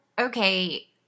okay